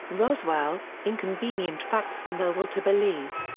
roswell inconvenient facts and the will to believe.